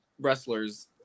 wrestlers